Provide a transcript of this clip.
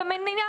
זה מניעה.